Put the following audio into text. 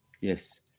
Yes